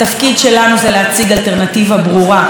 ובטח ראיתם בימים האחרונים,